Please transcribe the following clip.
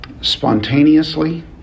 spontaneously